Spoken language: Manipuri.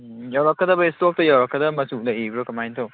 ꯎꯝ ꯌꯧꯔꯛꯀꯗꯕ ꯏꯁꯇꯣꯛꯇ ꯌꯧꯔꯛꯀꯗꯕ ꯃꯆꯨ ꯂꯩꯔꯤꯕ꯭ꯔꯣ ꯀꯃꯥꯏꯅ ꯇꯧꯕ